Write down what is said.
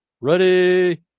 Ready